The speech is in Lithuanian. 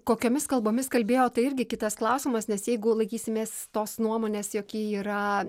kokiomis kalbomis kalbėjo tai irgi kitas klausimas nes jeigu laikysimės tos nuomonės jog ji yra